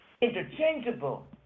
interchangeable